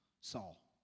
Saul